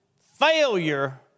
failure